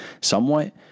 somewhat